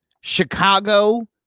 Chicago